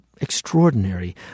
extraordinary